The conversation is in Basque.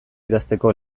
idazteko